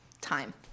time